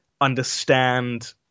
understand